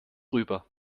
rüber